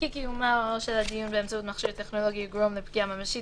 כי קיומו של הדיון באמצעות מכשיר טכנולוגי יגרום לפגיעה ממשית